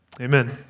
Amen